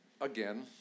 Again